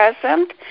present